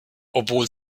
obwohl